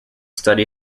study